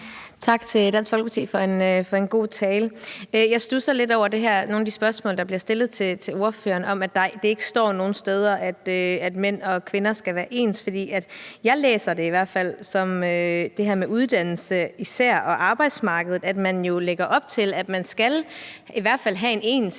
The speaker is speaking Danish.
Tak til Dansk Folkeparti for en god tale. Jeg studser lidt over nogle af de spørgsmål, der bliver stillet til ordføreren, om, at det ikke står nogen steder, at mænd og kvinder skal være ens, for jeg læser i hvert fald det her med især uddannelse og arbejdsmarkedet, som at man jo lægger op til, at man i hvert fald